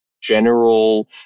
General